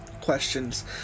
Questions